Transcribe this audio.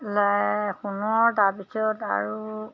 লে সোণৰ তাৰপিছত আৰু